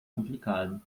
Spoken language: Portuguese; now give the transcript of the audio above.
complicado